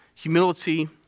Humility